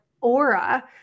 aura